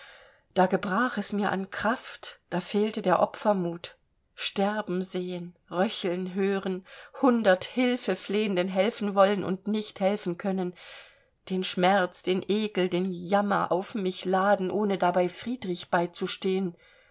da gebrach es mir an kraft da fehlte der opfermut sterben sehen röcheln hören hundert hilfeflehenden helfen wollen und nicht helfen können den schmerz den ekel den jammer auf mich laden ohne dabei friedrich beizustehen